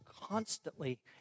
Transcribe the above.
constantly